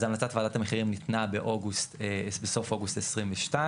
אז המלצת ועדת המחירים ניתנה בסוף אוגוסט 2022,